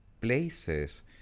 places